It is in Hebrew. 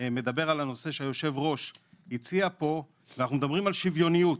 מדבר על הנושא שהיו"ר הציע פה - אנחנו מדברים על שוויוניות,